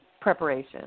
preparation